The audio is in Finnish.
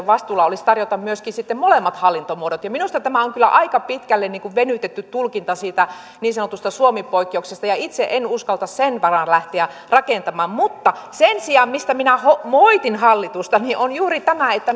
vastuulla olisi tarjota myöskin sitten molemmat hallintamuodot minusta tämä on kyllä aika pitkälle venytetty tulkinta siitä niin sanotusta suomi poikkeuksesta itse en uskaltaisi sen varaan lähteä rakentamaan mutta sen sijaan siinä mistä minä moitin hallitusta on kyse juuri tästä että